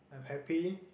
I'm happy